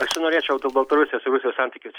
aš norėčiau baltarusijos ir rusijos santykius